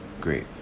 great